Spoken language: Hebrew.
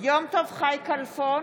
יום טוב חי כלפון,